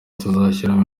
tuzashyiramo